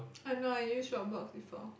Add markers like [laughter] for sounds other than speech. [noise] I know I use your box before